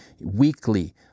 weekly